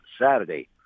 saturday